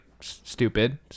stupid